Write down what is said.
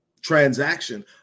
transaction